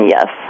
Yes